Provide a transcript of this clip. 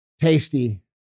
tasty